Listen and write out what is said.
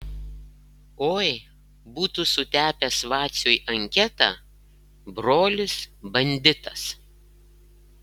oi būtų sutepęs vaciui anketą brolis banditas